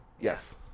Yes